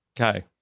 Okay